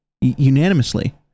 unanimously